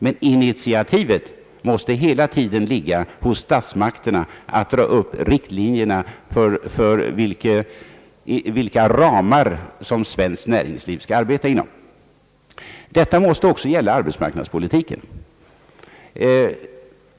Men initiativet måste hela tiden ligga hos statsmakterna att dra upp riktlinjerna för vilka ramar som svenskt näringsliv skall arbeta inom. Detta måste också gälla arbetsmarknadspolitiken.